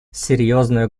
серьезную